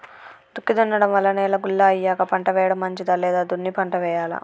దుక్కి దున్నడం వల్ల నేల గుల్ల అయ్యాక పంట వేయడం మంచిదా లేదా దున్ని పంట వెయ్యాలా?